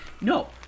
no